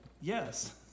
Yes